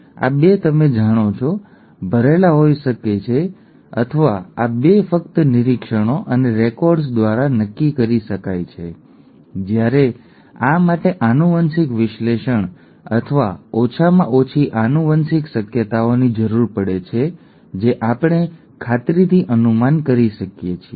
આ 2 તમે જાણો છો ભરેલા હોઈ શકો છો અથવા આ 2 ફક્ત નિરીક્ષણો અને રેકોર્ડ્સ દ્વારા નક્કી કરી શકાય છે જ્યારે આ માટે આનુવંશિક વિશ્લેષણ અથવા ઓછામાં ઓછી આનુવંશિક શક્યતાઓની જરૂર પડે છે જે આપણે ખાતરીથી અનુમાન કરી શકીએ છીએ